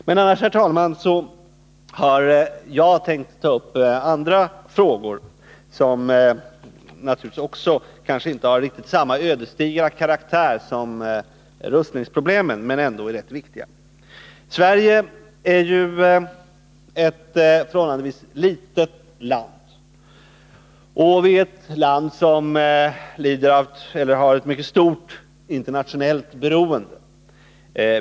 Jag har emellertid tänkt ta upp andra frågor som kanske inte har samma ödesdigra karaktär som rustningsproblemen men som ändå är rätt viktiga. Sverige är ett förhållandevis litet land med ett mycket stort internationellt beroende.